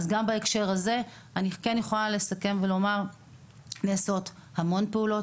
אני יכולה לסכם ולומר שגם בהקשר הזה נעשות המון פעולות.